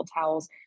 towels